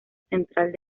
central